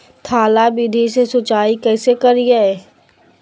थाला विधि से सिंचाई कैसे करीये?